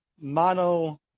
Mono